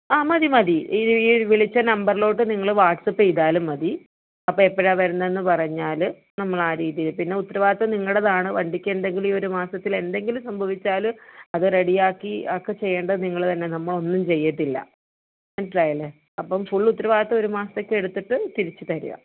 ആ മതി മതി ഈ വിളിച്ച നമ്പറിലോട്ട് നിങ്ങൾ വാട്സ്ആപ്പ് ചെയ്താലും മതി അപ്പം എപ്പോഴാണ് വരുന്നതെന്ന് പറഞ്ഞാൽ നമ്മൾ ആ രീതിയിൽ പിന്നെ ഉത്തരവാദിത്തം നിങ്ങളുടേതാണ് വണ്ടിക്ക് എന്തെങ്കിലും ഈയൊരു മാസത്തിലെന്തെങ്കിലും സംഭവിച്ചാൽ അത് റെഡിയാക്കി ഒക്കെ ചെയ്യേണ്ടത് നിങ്ങൾ തന്നെ നമ്മളൊന്നും ചെയ്യത്തില്ല മനസിലായില്ലേ അപ്പം ഫുൾ ഉത്തരവാദിത്തം ഒരു മാസത്തേക്കെടുത്തിട്ട് തിരിച്ചു തരിക